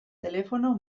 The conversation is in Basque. telefono